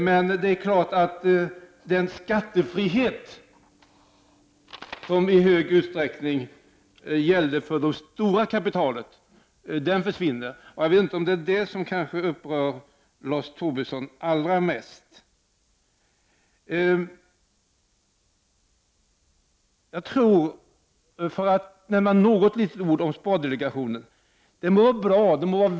Men det är klart att den skattefrihet som i stor utsträckning gällde för det stora kapitalet försvinner. Jag vet inte om det kanske är det som upprör Lars Tobisson allra mest. För att nämna något om spardelegationen vill jag säga att den kan vara bra.